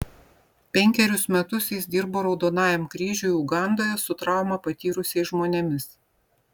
penkerius metus jis dirbo raudonajam kryžiui ugandoje su traumą patyrusiais žmonėmis